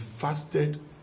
fasted